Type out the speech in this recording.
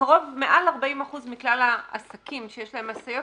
- כמעט 40% מכלל העסקים שיש להם משאיות,